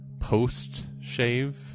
post-shave